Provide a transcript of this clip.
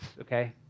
Okay